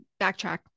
backtrack